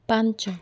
ପାଞ୍ଚ